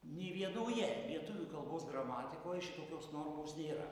nė vienoje lietuvių kalbos gramatikoje šitokios normos nėra